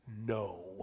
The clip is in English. no